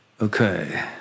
Okay